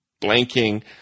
blanking